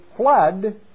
flood